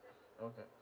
okay